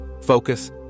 focus